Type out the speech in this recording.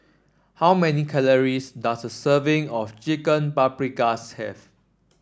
how many calories does a serving of Chicken Paprikas have